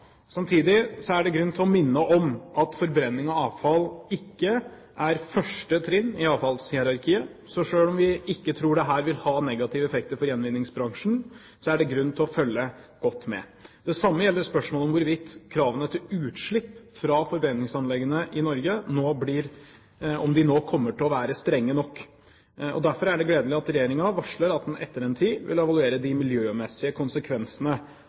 Samtidig er det grunn til å minne om at forbrenning av avfall ikke er første trinn i avfallshierarkiet. Så selv om vi ikke tror at dette vil ha negative effekter for gjenvinningsbransjen, er det grunn til å følge godt med. Det samme gjelder spørsmålet om vi nå kommer til å være strenge nok overfor utslippskravene til forbrenningsanleggene i Norge. Derfor er det gledelig at regjeringen varsler at den etter en tid vil evaluere de miljømessige konsekvensene